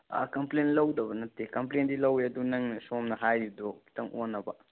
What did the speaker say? complain ꯂꯧꯗꯕ ꯅꯠꯇꯦ ꯀꯝꯄ꯭ꯂꯦꯟꯗꯤ ꯂꯧꯋꯦ ꯑꯗꯨ ꯅꯪꯅ ꯁꯣꯝꯅ ꯍꯥꯏꯔꯤꯗꯣ ꯈꯤꯇꯪ ꯑꯣꯟꯅꯕ